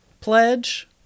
pledge